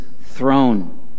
throne